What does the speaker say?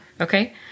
Okay